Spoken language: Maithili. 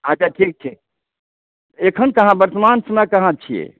अच्छा ठीक छै एखन तऽ अहाँ बर्तमान समय कहाँ छियै